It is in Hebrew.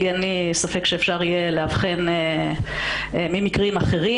אין לי ספק שאפשר יהיה לאבחן מקרים אחרים.